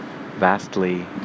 vastly